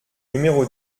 numéro